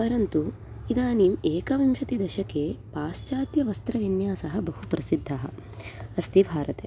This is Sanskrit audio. परन्तु इदानीम् एकविंशतिदशके पाश्चात्यः वस्त्रविन्यासः बहु प्रसिद्धः अस्ति भारते